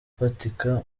ufatika